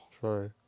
sorry